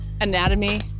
anatomy